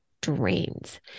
drains